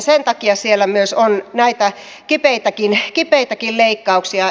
sen takia siellä on myös näitä kipeitäkin leikkauksia